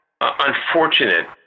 unfortunate